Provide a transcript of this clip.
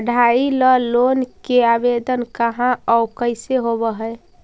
पढाई ल लोन के आवेदन कहा औ कैसे होब है?